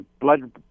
blood